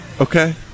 Okay